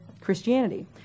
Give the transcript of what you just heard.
Christianity